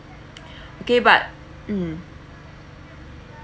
okay but hmm